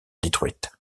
détruites